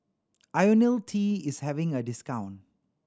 Ionil T is having a discount